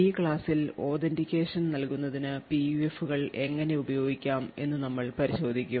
ഈ ക്ലാസ്സിൽ authentication നൽകുന്നതിന് PUF കൾ എങ്ങനെ ഉപയോഗിക്കാം എന്നു നമ്മൾ പരിശോധിക്കും